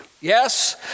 Yes